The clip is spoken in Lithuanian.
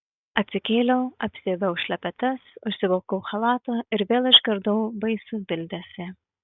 atsikėliau apsiaviau šlepetes užsivilkau chalatą ir vėl išgirdau baisų bildesį